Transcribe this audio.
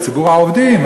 ציבור העובדים.